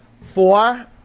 Four